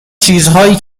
چیزهایی